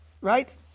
right